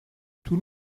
tout